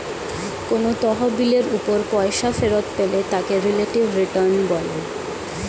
কোন তহবিলের উপর পয়সা ফেরত পেলে তাকে রিলেটিভ রিটার্ন বলে